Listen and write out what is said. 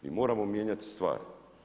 Mi moramo mijenjati stvari.